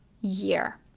year